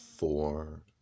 four